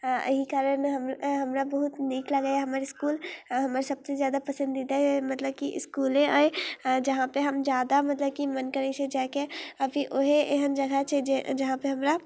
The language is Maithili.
अऽ अहि कारण हम हमरा बहुत नीक लागैए हमर इसकुल अऽ हमर सभसँ जादा पसन्दीदा मतलब की इसकुले अइ अऽ जहाँ पर हम जादा मतलब की मन करै छै जाइके अऽ फिर ओहे एहन जगह छै जे जहाँपर हमरा